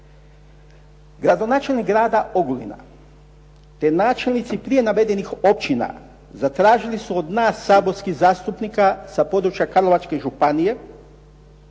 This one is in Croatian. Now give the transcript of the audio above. Gradonačelnik grada Ogulina, gradonačelnici prije navedenih općina zatražili su od nas, saborskih zastupnika, sa područja Karlovačke županije,